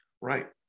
Right